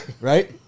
right